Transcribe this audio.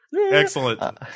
Excellent